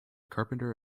carpenter